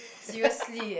seriously eh